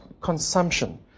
consumption